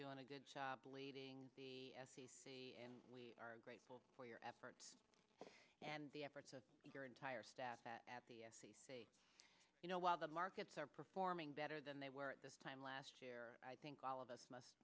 doing a good job leading the f c c and we are grateful for your efforts and the efforts of your entire staff at the f c c you know while the markets are performing better than they were at this time last year i think all of us must